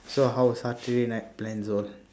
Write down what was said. so how is saturday night plans all